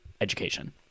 education